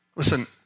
Listen